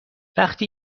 وقتی